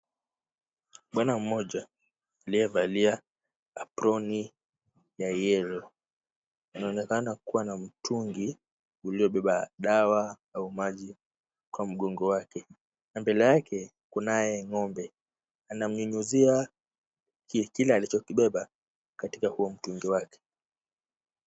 Bwana mmoja aliyevalia aproni ya yellow anaonekana kuwa na mtungi uliobeba dawa au maji kwa mgongo wake na mbele yake kunaye ng'ombe. Anamnyunyuzia kile alichokibeba katika huo mtungi wake.